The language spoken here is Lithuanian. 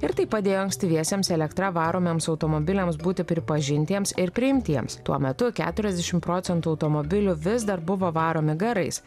ir tai padėjo ankstyviesiems elektra varomiems automobiliams būti pripažintiems ir priimtiems tuo metu keturiasdešim procentų automobilių vis dar buvo varomi garais